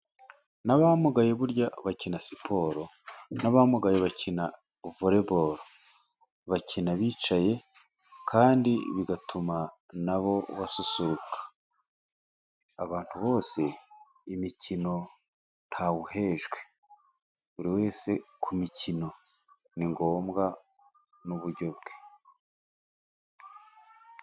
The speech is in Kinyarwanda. N'abamugaye burya bakina siporo, n'abamugaye bakina voreboro, bakina bicaye kandi bigatuma nabo basusuruka. Abantu bose, imikino ntawuhejwe buri wese ku mikino ni ngombwa n'uburyo bwe.